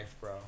bro